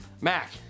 Mac